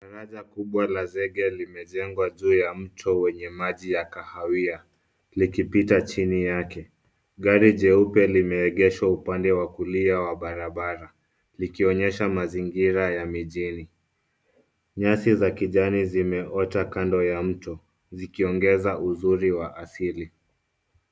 Daraja kubwa la zege limejengwa juu ya mto wenye maji ya kahawia, likipita chini yake. Gari jeupe limeegeshwa upande wa kulia wa barabara likionyesha mazingira ya mijini. Nyasi za kijani zimeota kando ya mto zikiongeza uzuri wa asili.